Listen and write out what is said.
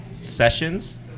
sessions